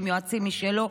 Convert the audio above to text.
עם יועצים משלו.